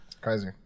Crazy